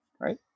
right